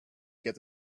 get